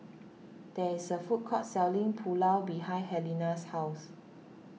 there is a food court selling Pulao behind Helena's house